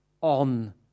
on